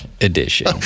edition